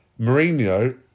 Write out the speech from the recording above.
Mourinho